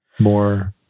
more